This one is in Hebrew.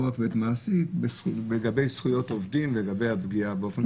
רק היבט מעשי לגבי זכויות עובדים ולגבי הפגיעה.